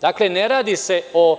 Dakle, ne radi se o